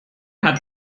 hat